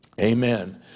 Amen